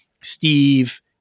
Steve